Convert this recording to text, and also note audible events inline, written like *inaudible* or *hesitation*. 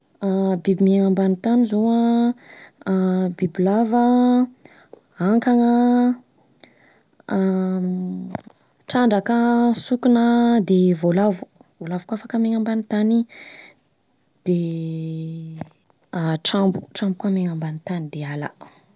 *hesitation* Biby miaina amban’ny tany zao an, an bibilava an, ankana an, *hesitation* trandraka, sokona de voalavo, voalavo koa afaka miaina ambany tany, de *hesitation* trambo, trambo koa miaina ambany tany, de ala.